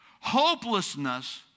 Hopelessness